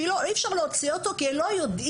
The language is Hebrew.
שאי אפשר להוציא אותו כי הם לא יודעים,